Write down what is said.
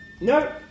no